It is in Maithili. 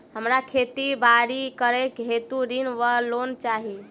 हमरा खेती बाड़ी करै हेतु ऋण वा लोन चाहि?